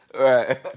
Right